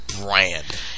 brand